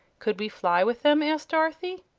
could we fly with them? asked dorothy.